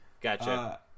Gotcha